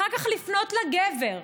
אחר כך לפנות לגבר,